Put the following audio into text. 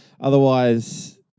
otherwise